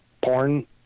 porn